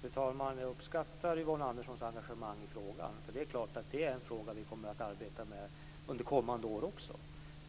Fru talman! Jag uppskattar Yvonne Anderssons engagemang i frågan. Det är klart att det är en fråga som vi kommer att arbeta med under kommande år också.